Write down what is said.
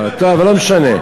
אבל לא משנה.